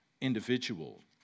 individual